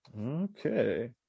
Okay